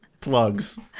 plugs